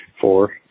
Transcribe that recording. four